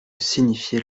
signifiait